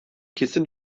kesin